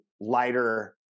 lighter